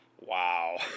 Wow